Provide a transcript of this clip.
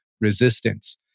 resistance